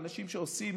אנשים שעושים